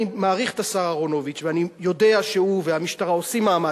אני מעריך את השר אהרונוביץ ואני יודע שהוא והמשטרה עושים מאמץ,